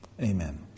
amen